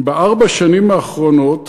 "בארבע השנים האחרונות